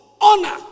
honor